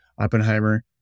Oppenheimer